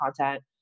content